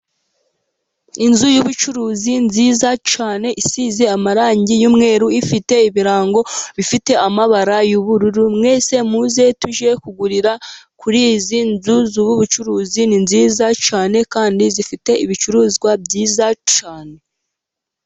Inzu y'ubucuruzi nziza cyane, isize amarangi y'umweru, ifite ibirango bifite amabara y'ubururu, mwese muze tujye kugurira kuri izi nzu z'ubucuruzi ni nziza cyane, kandi zifite ibicuruzwa byiza.